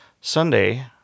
Sunday